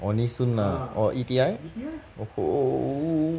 orh nee soon ah orh E_T_I oh oh